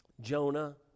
Jonah